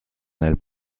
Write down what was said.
nel